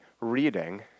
reading